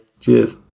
Cheers